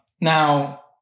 Now